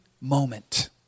moment